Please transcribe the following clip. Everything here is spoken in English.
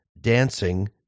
dancing